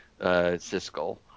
siskel